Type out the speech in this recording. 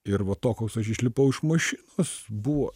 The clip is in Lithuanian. ir va toks koks aš išlipau iš mašinos buvo